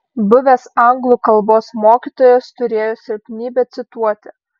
buvęs anglų kalbos mokytojas turėjo silpnybę cituoti